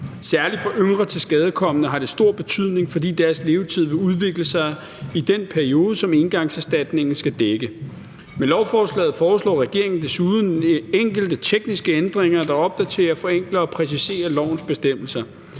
Særlig for yngre tilskadekomne har det stor betydning, fordi deres levetid vil udvikle sig i den periode, som engangserstatningen skal dække. Med lovforslaget foreslår regeringen desuden enkelte tekniske ændringer, der opdaterer, forenkler og præciserer lovens bestemmelser.